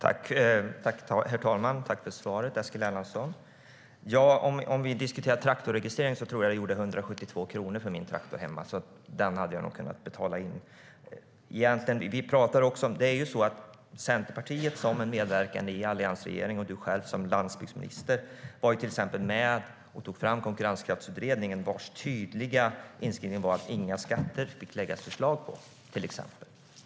Herr talman! Tack för svaret, Eskil Erlandsson! Om vi diskuterar traktorregistrering kan jag säga att det gjorde 172 kronor för min traktor hemma. Det hade jag nog kunnat betala in. Centerpartiet som medverkande i alliansregeringen, och Eskil Erlandsson själv som landsbygdsminister, var med och tillsatte Konkurrenskraftsutredningen, vars tydliga skrivning bland annat var att inga skatter fick läggas förslag på.